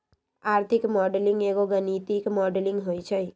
आर्थिक मॉडलिंग एगो गणितीक मॉडलिंग होइ छइ